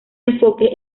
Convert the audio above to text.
enfoque